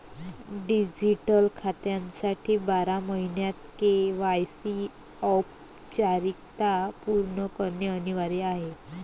digital खात्यासाठी बारा महिन्यांत के.वाय.सी औपचारिकता पूर्ण करणे अनिवार्य आहे